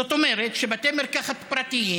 זאת אומרת שבתי מרקחת פרטיים